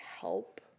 help